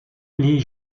les